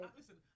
listen